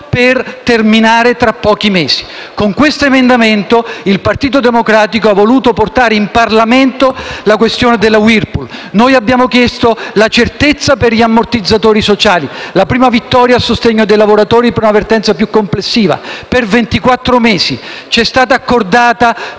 con questo emendamento il Partito Democratico ha voluto portare in Parlamento la questione della Whirlpool. Abbiamo chiesto le certezza per gli ammortizzatori sociali per ventiquattro mesi; la prima vittoria a sostegno dei lavoratori per una vertenza più complessiva. Ci è stata accordata per soli sei